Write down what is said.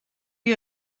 you